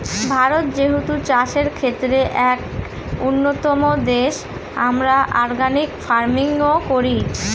ভারত যেহেতু চাষের ক্ষেত্রে এক উন্নতম দেশ, আমরা অর্গানিক ফার্মিং ও করি